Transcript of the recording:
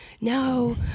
no